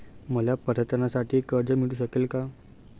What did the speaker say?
मला पर्यटनासाठी कर्ज मिळू शकेल का?